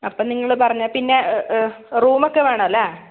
അപ്പം നിങ്ങൾ പറഞ്ഞ പിന്നെ റൂം ഒക്കെ വേണമല്ലേ